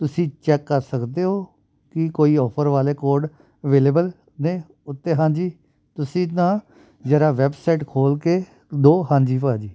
ਤੁਸੀਂ ਚੈੱਕ ਕਰ ਸਕਦੇ ਹੋ ਕਿ ਕੋਈ ਔਫਰ ਵਾਲੇ ਕੋਡ ਅਵੇਲੇਬਲ ਨੇ ਉੱਤੇ ਹਾਂਜੀ ਤੁਸੀਂ ਤਾਂ ਜ਼ਰਾ ਵੈਬਸਾਈਟ ਖੋਲ੍ਹ ਕੇ ਦੋ ਹਾਂਜੀ ਭਾਅ ਜੀ